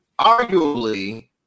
arguably